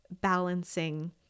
balancing